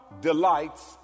delights